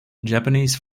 japanese